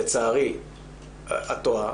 לצערי אתם טועים.